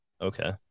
Okay